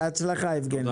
בהצלחה יבגני.